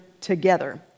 Together